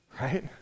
Right